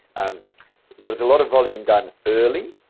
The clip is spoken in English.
um there was a lot of volume done early,